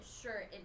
sure